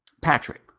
Patrick